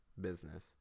business